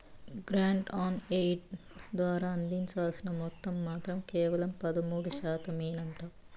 grant on aid ద్వారా అందాల్సిన మొత్తం మాత్రం కేవలం పదమూడు శాతమేనంట